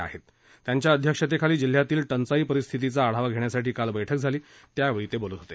पाटील यांच्या अध्यक्षतेखाली जिल्ह्यातील टंचाई परिस्थितीचा आढावा घेण्यासाठी काल बैठक झाली त्यावेळी ते बोलत होते